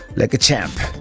like a champ.